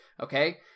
okay